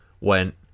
went